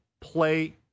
play